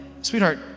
Sweetheart